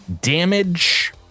damage